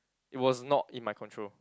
it was not in my control